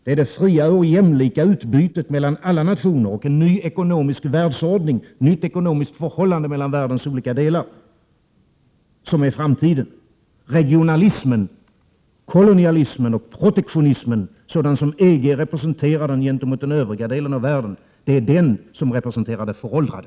Det är det fria och jämlika utbytet mellan alla nationer och en ny ekonomisk världsordning, ett nytt ekonomiskt förhållande mellan världens olika delar, som är framtiden. Regionalismen, kolonialismen och protektionismen, sådan som EG företräder den gentemot den övriga delen av världen, representerar det föråldrade.